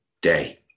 day